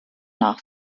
nach